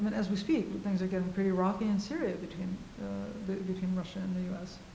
but as we speak, but things are getting pretty rocky in syria between between russia and the u s.